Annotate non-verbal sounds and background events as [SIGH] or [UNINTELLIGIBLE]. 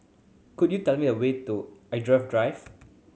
could you tell me the way to [UNINTELLIGIBLE] Drive